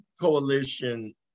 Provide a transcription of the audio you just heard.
Coalition